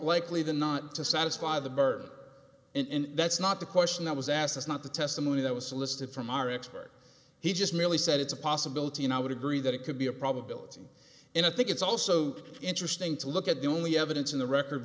likely than not to satisfy the bird in that's not the question i was asked is not the testimony that was solicited from our expert he just merely said it's a possibility and i would agree that it could be a probability and i think it's also interesting to look at the only evidence in the record